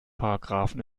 paragraphen